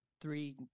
Three